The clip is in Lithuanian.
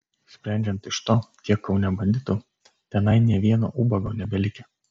sprendžiant iš to kiek kaune banditų tenai nė vieno ubago nebelikę